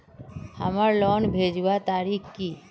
हमार लोन भेजुआ तारीख की?